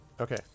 Okay